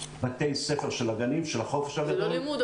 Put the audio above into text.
בתי ספר של הגנים, של החופש הגדול.